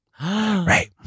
right